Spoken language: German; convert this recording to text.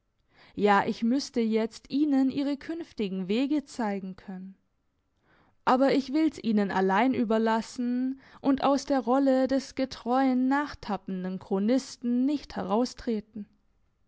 ja ich müsste jetzt ihnen ihre künftigen wege zeigen können aber ich will's ihnen allein überlassen und aus der rolle des getreuen nachtappenden chronisten nicht heraustreten